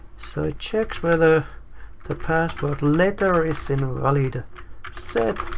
so it checks whether the password letter is within a valid set.